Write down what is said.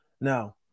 Now